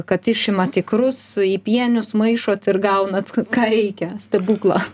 kad išimat ikrus į pienius maišot ir gaunat ką reikia stebuklą